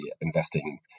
investing